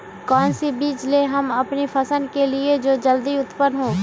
कौन सी बीज ले हम अपनी फसल के लिए जो जल्दी उत्पन हो?